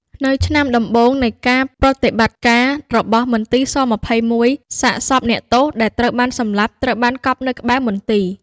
នៅឆ្នាំដំបូងនៃការប្រតិបត្តិការរបស់មន្ទីរ ស-២១ សាកសពអ្នកទោសដែលត្រូវបានសម្លាប់ ត្រូវបានកប់នៅក្បែរមន្ទីរ ។